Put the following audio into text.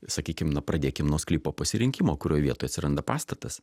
sakykim na pradėkim nuo sklypo pasirinkimo kurioj vietoj atsiranda pastatas